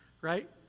right